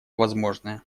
возможное